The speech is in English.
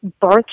birth